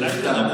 ודאי שלא.